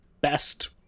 best